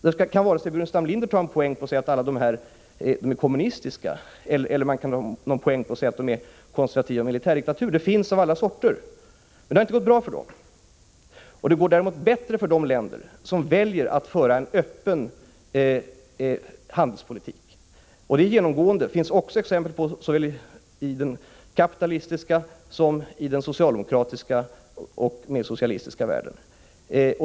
Staffan Burenstam Linder kan således inte ta hem någon poäng genom att påstå att alla dessa länder är kommunistiska därför att de är av olika slags politiska system, och det har som sagt inte gått bra för dem. Däremot går det genomgående bättre för de länder som valt att föra en öppen handelspolitik. Det finns också exempel på sådana länder i såväl den kapitalistiska som den socialdemokratiska och mer socialistiska världen.